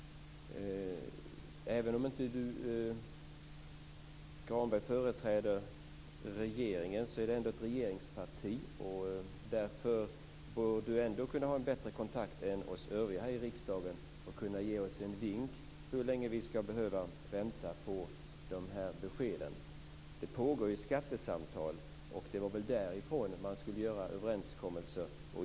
Även om inte Granberg företräder regeringen är det ändå ett regeringsparti, och därför bör han kunna ha bättre kontakt än vi övriga här i riksdagen och kunna ge oss en vink om hur länge vi länge skall behöva vänta på beskeden. Det pågår skattesamtal. Det var utifrån dem man skulle göra överenskommelser.